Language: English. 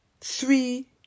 three